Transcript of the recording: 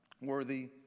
worthy